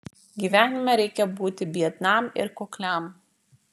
gyvenime reikia būti biednam ir kukliam